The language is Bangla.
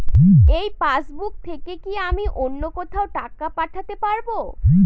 এই পাসবুক থেকে কি আমি অন্য কোথাও টাকা পাঠাতে পারব?